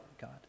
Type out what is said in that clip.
God